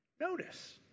Notice